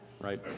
right